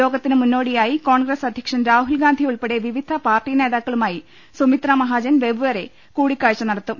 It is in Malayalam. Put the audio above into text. യോഗത്തിന് മുന്നോടിയായി കോൺഗ്രസ് അധ്യക്ഷൻ രാഹുൽ ഗാന്ധി ഉൾപ്പെടെ വിവിധ പാർട്ടി നേതാക്കളുമായി സുമിത്ര മഹാജൻ വെവ്വേറെ കൂടിക്കാഴ്ച നടത്തും